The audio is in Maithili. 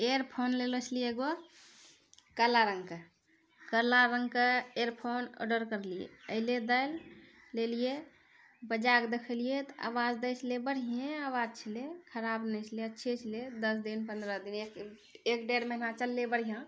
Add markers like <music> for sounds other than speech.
इअरफोन लैले छलियै एगो काला रङ्गके काला रङ्गके एअरफोन आर्डर करलियै अयलै <unintelligible> लेलियै बजा कऽ देखलियै तऽ आवाज दै छलै बढ़ियें आवाज छलै खराब नहि छलै अच्छे छलै दस दिन पन्द्रह दिन एक एक डेढ़ महीना चललै बढ़िआँ